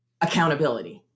accountability